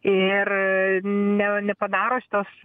ir ne nepadaro šitos